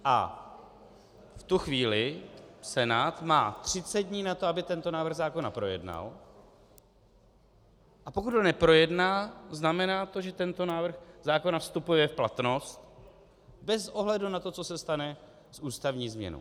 A v tu chvíli Senát má 30 dní na to, aby tento návrh zákona projednal, a pokud ho neprojedná, znamená to, že tento návrh zákona vstupuje v platnost bez ohledu na to, co se stane s ústavní změnou.